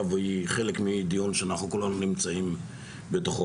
והיא חלק מהדיון שאנחנו כולנו נמצאים בתוכו.